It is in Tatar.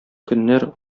көннәр